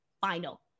Final